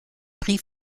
prix